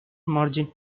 margin